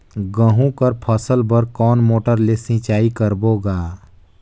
गहूं कर फसल बर कोन मोटर ले सिंचाई करबो गा?